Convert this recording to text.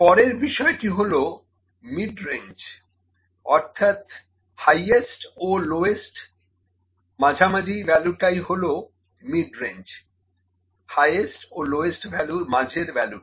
পরের বিষয়টি হলো মিডরেঞ্জ অর্থাৎ হাইয়েস্ট ও লোয়েস্ট মাঝামাঝি ভ্যালুটাই হলো মিডরেঞ্জ হাইয়েস্ট ও লোয়েস্ট ভ্যালুর মাঝের ভ্যালুটা